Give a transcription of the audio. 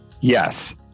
Yes